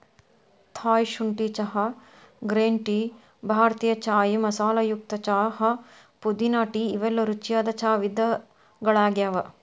Thai ಶುಂಠಿ ಚಹಾ, green tea, ಭಾರತೇಯ ಚಾಯ್ ಮಸಾಲೆಯುಕ್ತ ಚಹಾ, ಪುದೇನಾ ಟೇ ಇವೆಲ್ಲ ರುಚಿಯಾದ ಚಾ ವಿಧಗಳಗ್ಯಾವ